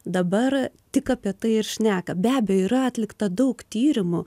dabar tik apie tai ir šneka be abejo yra atlikta daug tyrimų